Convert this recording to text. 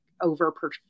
over